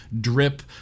drip